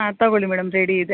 ಹಾಂ ತಗೋಳ್ಳಿ madam ready ಇದೆ